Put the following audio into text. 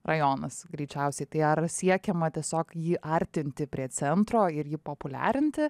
rajonas greičiausiai tai ar siekiama tiesiog jį artinti prie centro ir jį populiarinti